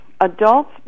adults